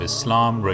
Islam